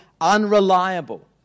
unreliable